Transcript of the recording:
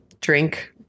drink